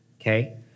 Okay